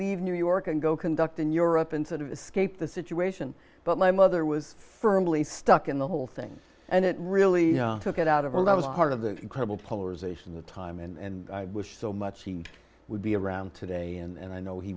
leave new york and go conduct in europe and sort of escape the situation but my mother was firmly stuck in the whole thing and it really took it out of all that was part of the incredible polarization the time and was so much he would be around today and i know he